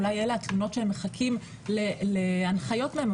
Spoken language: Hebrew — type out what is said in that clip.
אולי אלה התלונות שהם מחכים להנחיות מהם,